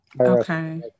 Okay